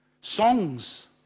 songs